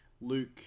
Luke